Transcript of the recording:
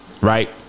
Right